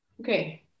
okay